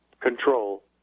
control